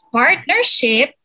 partnership